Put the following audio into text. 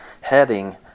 heading